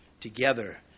together